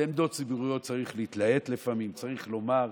ובעמדות ציבוריות צריך להתלהט לפעמים וצריך לומר.